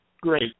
Great